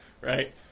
Right